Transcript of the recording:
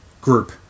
group